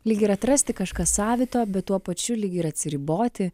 lyg ir atrasti kažką savito bet tuo pačiu lyg ir atsiriboti